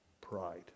pride